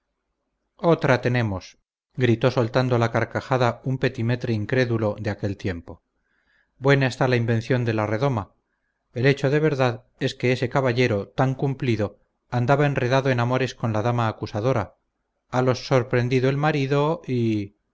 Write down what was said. otra tenemos gritó soltando la carcajada un petimetre incrédulo de aquel tiempo buena está la invención de la redoma el hecho de verdad es que ese caballero tan cumplido andaba enredado en amores con la dama acusadora halos sorprendido el marido y